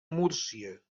múrcia